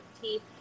teeth